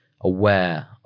aware